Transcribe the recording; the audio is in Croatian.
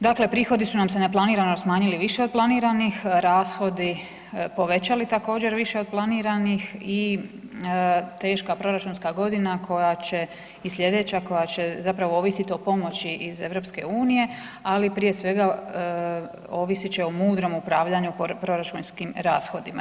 Dakle, prihodi su nam se neplanirano smanjili više od planiranih, rashodi povećali također više od planiranih i teška proračunska godina koja će i slijedeća koja će zapravo ovisit o pomoći iz EU-a, ali prije svega ovisit će o mudrom upravljanju proračunskim rashodima.